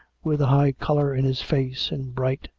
with a high colour in his face and bright,